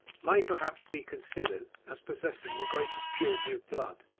may, perhaps, be considered as possessing the greatest purity of blood.